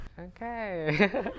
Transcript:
Okay